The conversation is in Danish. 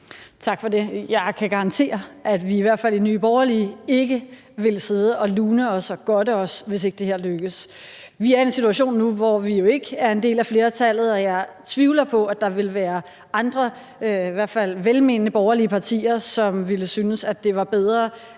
Tak for det. Jeg kan garantere, at vi i hvert fald i Nye Borgerlige ikke vil sidde og lune os og godte os, hvis ikke det her lykkes. Vi er i en situation nu, hvor vi jo ikke er en del af flertallet, og jeg tvivler på, at der vil være andre – i hvert fald velmenende – borgerlige partier, som ville synes, at det var bedre,